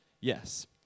Yes